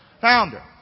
founder